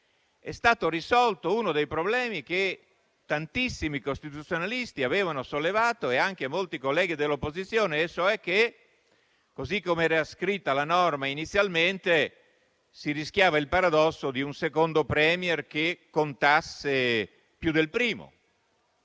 È stato poi risolto un problema che tantissimi costituzionalisti e anche molti colleghi dell'opposizione avevano sollevato: così come era scritta la norma inizialmente, si rischiava il paradosso di un secondo *Premier* che contasse più del primo.